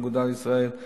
האגודה הישראלית לסוכרת,